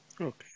Okay